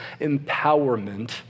empowerment